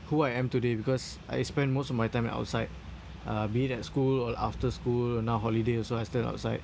who I am today because I spend most of my time outside be it at school or after school now holiday also I stay outside